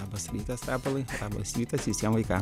labas rytas rapolai labas rytas visiem vaikam